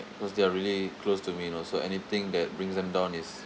cause they're really close to me and also anything that brings them down is